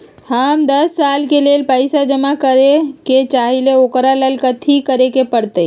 हम दस साल के लेल पैसा जमा करे के चाहईले, ओकरा ला कथि करे के परत?